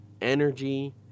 energy